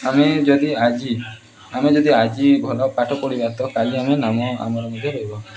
ଆମେ ଯଦି ଆଜି ଆମେ ଯଦି ଆଜି ଭଲ ପାଠ ପଢ଼ିବା ତ କାଲି ଆମେ ନାମ ଆମର ମଧ୍ୟ ରହିବ